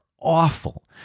awful